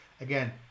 Again